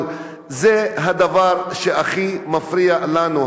אבל זה הדבר שהכי מפריע לנו.